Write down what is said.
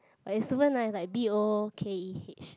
but is super nice like B_O_O_K_E_H